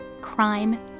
crime